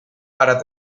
para